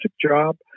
job